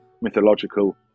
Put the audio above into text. Mythological